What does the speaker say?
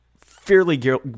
fairly